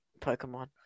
Pokemon